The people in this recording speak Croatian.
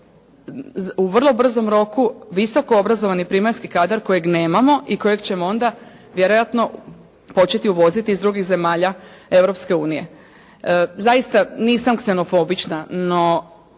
u vrlo brzom roku visoko obrazovni primaljski kadar kojeg nemamo i kojeg ćemo onda vjerojatno početi uvoziti iz drugih zemalja Europske unije. Zaista nisam ksenofobična, no